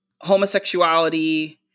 homosexuality